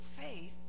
faith